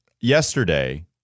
yesterday